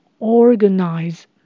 organize